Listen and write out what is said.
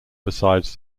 besides